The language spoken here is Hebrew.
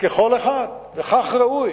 ככל אחד וכך ראוי,